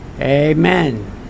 Amen